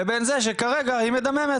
לבין זה שכרגע היא מדממת.